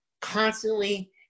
constantly